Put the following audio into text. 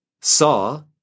saw